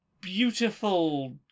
beautiful